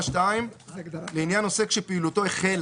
"(2)לעניין עוסק שפעילותו החלה